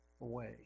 away